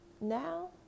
Now